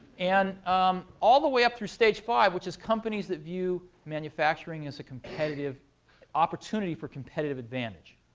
and um all the way up through stage five, which is companies that view manufacturing as a competitive opportunity for competitive advantage,